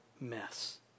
mess